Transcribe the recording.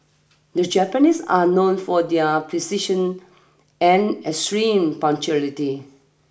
the Japanese are known for their precision and extreme punctuality